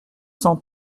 cent